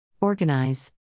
Organize